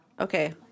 Okay